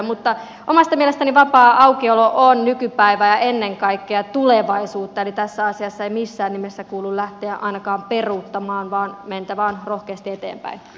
mutta omasta mielestäni vapaa aukiolo on nykypäivää ja ennen kaikkea tulevaisuutta eli tässä asiassa ei missään nimessä kuulu lähteä ainakaan peruuttamaan vaan on mentävä rohkeasti eteenpäin